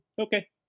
Okay